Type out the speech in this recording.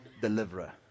deliverer